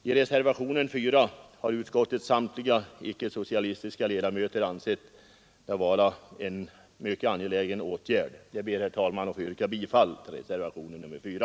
I reservationen 4 har utskottets samtliga icke-socialistiska ledamöter ansett det vara en mycket angelägen åtgärd. Jag ber, herr talman, att få yrka bifall till reservationen 4.